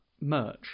merch